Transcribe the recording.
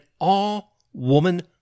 all-woman